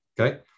Okay